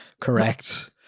correct